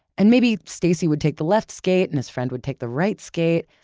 and maybe stacy would take the left skate, and his friend would take the right skate,